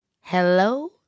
Hello